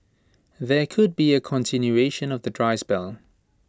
there could be A continuation of the dry spell